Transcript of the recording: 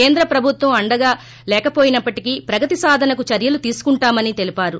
కేంద్ర ప్రభుత్వం అండగా లేకవోయినప్పటికీ ప్రగతి సాధనకు చర్యలు తీసుకుంటానని తెలిపారు